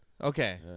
Okay